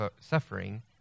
suffering